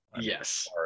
Yes